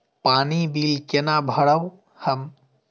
पानी बील केना भरब हम?